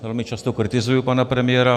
Velmi často kritizuji pana premiéra.